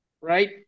right